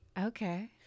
Okay